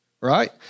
right